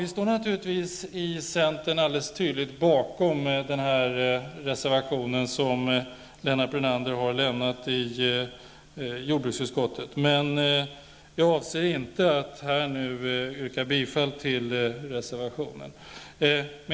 Vi i centern står naturligtvis helt tydligt bakom den reservation som Lennart Brunander har avgivit i jordbruksutskottet, men jag avser inte nu att yrka bifall till den.